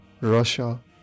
Russia